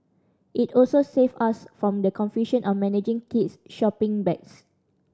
it also save us from the confusion of managing kids shopping bags